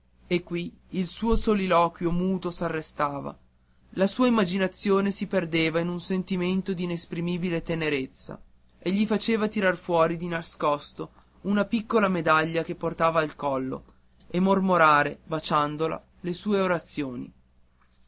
e qui il suo soliloquio muto s'arrestava la sua immaginazione si perdeva in un sentimento d'inesprimibile tenerezza che gli faceva tirar fuori di nascosto una piccola medaglia che portava al collo e mormorare baciandola le sue orazioni